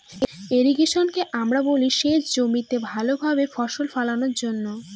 ইর্রিগেশনকে আমরা বলি সেচ জমিতে ভালো ভাবে ফসল ফোলানোর জন্য